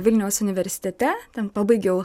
vilniaus universitete ten pabaigiau